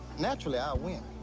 naturally, i'll win.